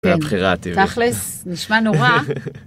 הבחירה הטבעית. תכלס, נשמע נורא.